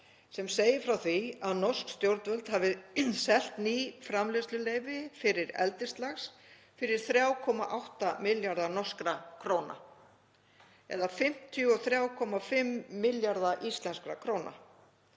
sem segir frá því að norsk stjórnvöld hafi selt ný framleiðsluleyfi fyrir eldislax fyrir 3,8 milljarða norskra króna eða 53,5 milljarða íslenskra króna.